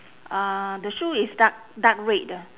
uh the shoe is dark dark red